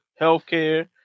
healthcare